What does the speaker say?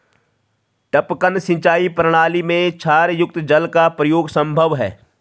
टपकन सिंचाई प्रणाली में क्षारयुक्त जल का प्रयोग संभव है